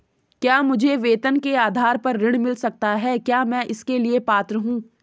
क्या मुझे वेतन के आधार पर ऋण मिल सकता है क्या मैं इसके लिए पात्र हूँ?